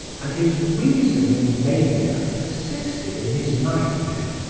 and his reasoning mania persisted in his nightmare.